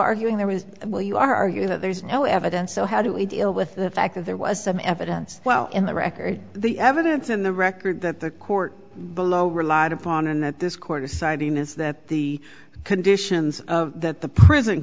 arguing there was will you argue that there's no evidence so how do we deal with the fact that there was some evidence well in the record the evidence in the record that the court below relied upon and that this court deciding is that the conditions that the prison